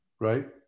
right